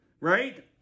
Right